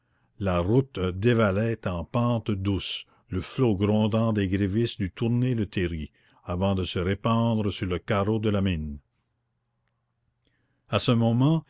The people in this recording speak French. la route dévalait en pente douce le flot grondant des grévistes dut tourner le terri avant de se répandre sur le carreau de la mine a ce moment